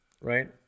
right